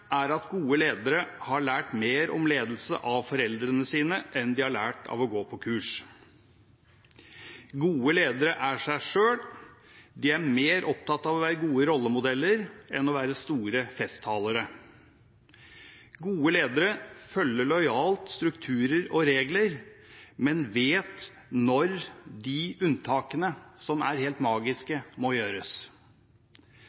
er at gode ledere har lært mer om ledelse av foreldrene sine enn de har lært av å gå på kurs. Gode ledere er seg selv, de er mer opptatt av å være gode rollemodeller enn store festtalere. Gode ledere følger lojalt strukturer og regler, men vet når de unntakene som er helt magiske,